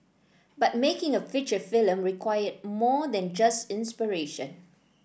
but making a feature film required more than just inspiration